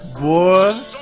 Boy